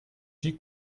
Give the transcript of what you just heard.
die